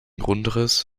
grundriss